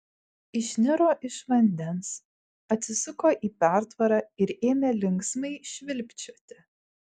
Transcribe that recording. išniro iš vandens atsisuko į pertvarą ir ėmė linksmai švilpčioti